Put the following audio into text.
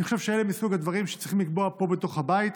אני חושב שזה מסוג הדברים שצריכים לקבוע פה בתוך הבית.